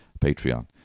Patreon